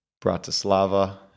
Bratislava